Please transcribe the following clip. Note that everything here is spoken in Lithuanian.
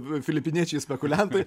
filipiniečiai spekuliantai